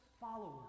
followers